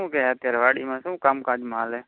શું કહે અત્યારે વાડીમાં શું કામકાજમાં ચાલે